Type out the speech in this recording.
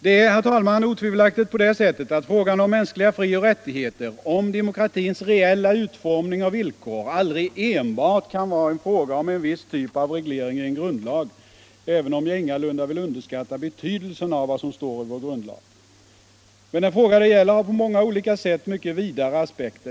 Det är, herr talman, otvivelaktigt på det sättet, att frågan om mänskliga frioch rättigheter, om demokratins reella utformning och villkor aldrig enbart kan vara en fråga om en viss typ av reglering i en grundlag, även om jag ingalunda vill underskatta betydelsen av vad som står i vår grundlag. Den fråga det gäller har på många olika sätt mycket vidare aspekter.